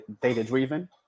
data-driven